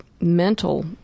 mental